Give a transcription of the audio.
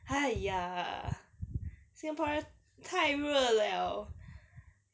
!haiya! singapore 太热 liao